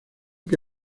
que